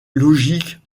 logique